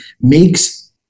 makes